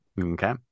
Okay